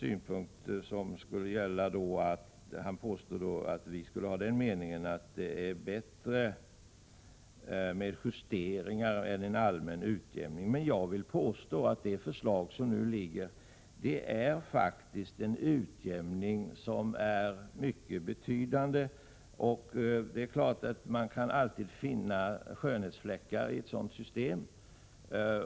Härutöver har Rolf Kenneryd påstått att vi anser att det är bättre med justeringar än en allmän skatteutjämning. Jag vill faktiskt påstå att föreliggande förslag innebär en mycket betydande utjämning, även om det är klart att det alltid går att finna skönhetsfläckar i ett sådant system.